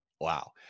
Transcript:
Wow